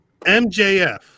MJF